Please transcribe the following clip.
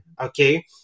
Okay